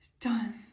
Done